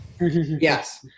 Yes